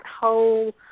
whole